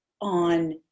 on